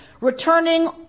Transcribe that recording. returning